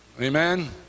Amen